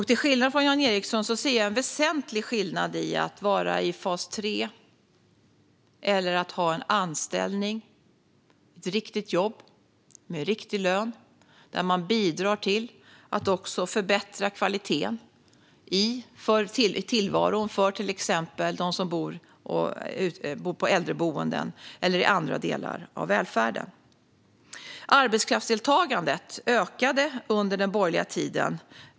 Till skillnad från Jan Ericson ser jag en väsentlig skillnad i att vara i fas 3 jämfört med att ha en anställning, ett riktigt jobb med en riktig lön där man bidrar till att förbättra tillvaron för till exempel de som bor på äldreboenden eller i andra delar av välfärden. Arbetskraftsdeltagandet ökade under den borgerliga tiden.